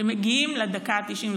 שמגיעים לדקה ה-90.